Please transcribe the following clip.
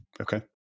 Okay